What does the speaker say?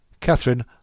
Catherine